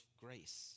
grace